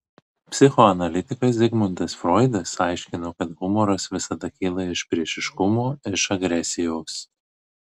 psichoanalitikas zigmundas froidas aiškino kad humoras visada kyla iš priešiškumo iš agresijos